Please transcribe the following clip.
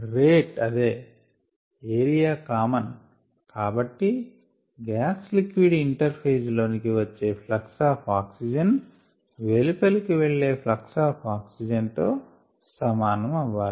rate అదే area common కాబట్టి gas liquid interphase లోనికి వచ్చే ఫ్లక్స్ ఆఫ్ ఆక్సిజన్ వెలుపలికి వెళ్లే ఫ్లక్స్ ఆఫ్ ఆక్సిజన్ తో సమానం అవ్వాలి